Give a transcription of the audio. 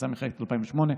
התשס"ח 2008,